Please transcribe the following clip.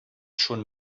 schon